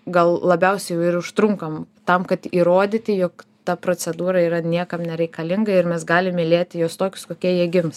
gal labiausiai ir užtrunkam tam kad įrodyti jog ta procedūra yra niekam nereikalinga ir mes galim mylėti juos tokius kokie jie gims